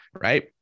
right